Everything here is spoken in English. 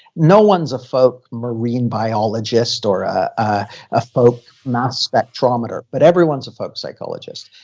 no one is a folk marine biologist, or ah ah a folk mass spectrometer, but everyone is a folk psychologist.